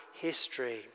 history